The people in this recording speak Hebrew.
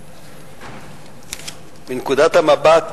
מנקודת המבט